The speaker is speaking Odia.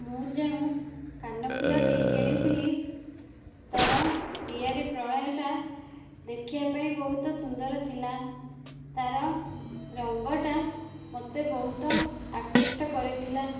ମୁଁ ଯେଉଁ କାନ ଫୁଲଟିଏ କିଣିଥିଲି ତାର ତିଆରି ପ୍ରଣାଳୀଟା ଦେଖିବା ପାଇଁ ବହୁତ ସୁନ୍ଦର ଥିଲା ତାର ରଙ୍ଗଟା ମୋତେ ବହୁତ ଆକୃଷ୍ଟ କରିଥିଲା